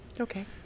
Okay